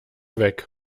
weg